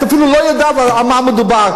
את אפילו לא יודעת על מה מדובר,